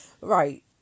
Right